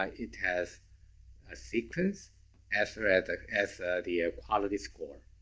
like it has a sequence as ah as ah the ah quality score.